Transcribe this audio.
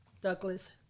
Douglas